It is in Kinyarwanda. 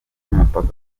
y’umupaka